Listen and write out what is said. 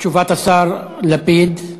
תשובת השר לפיד.